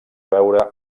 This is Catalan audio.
veure